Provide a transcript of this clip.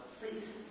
Please